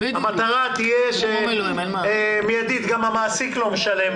המטרה תהיה שמידית גם המעסיק לא משלם